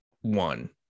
one